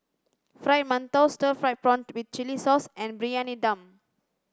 fried mantou stir fried prawn with chili sauce and briyani dum